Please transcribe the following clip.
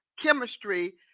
chemistry